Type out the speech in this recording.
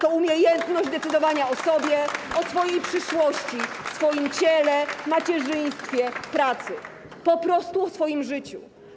To umiejętność decydowania o sobie, swojej przyszłości, swoim ciele, macierzyństwie, pracy, po prostu o swoim życiu.